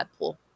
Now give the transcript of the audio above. Deadpool